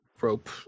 rope